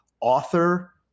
author